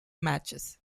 matches